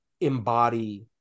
Embody